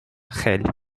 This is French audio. rail